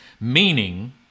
Meaning